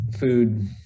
Food